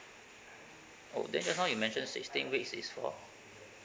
oh then just now you mentioned sixteen weeks is for